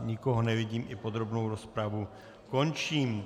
Nikoho nevidím, i podrobnou rozpravu končím.